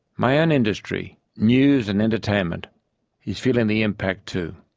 my own industry news and entertainment is feeling the impact too.